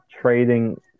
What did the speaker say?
trading